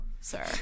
sir